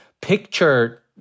picture